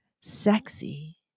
Sexy